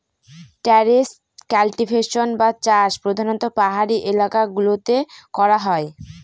terrace cultivation বা চাষ প্রধানত পাহাড়ি এলাকা গুলোতে করা হয়